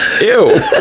ew